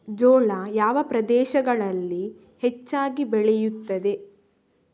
ಜೋಳ ಯಾವ ಪ್ರದೇಶಗಳಲ್ಲಿ ಹೆಚ್ಚಾಗಿ ಬೆಳೆಯುತ್ತದೆ?